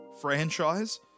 franchise